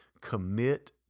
commit